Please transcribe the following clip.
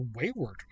Wayward